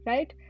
Right